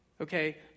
Okay